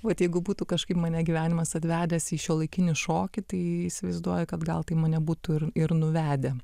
vat jeigu būtų kažkaip mane gyvenimas atvedęs į šiuolaikinį šokį tai įsivaizduoju kad gal tai mane būtų ir ir nuvedę